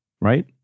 Right